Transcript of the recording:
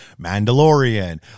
Mandalorian